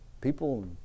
people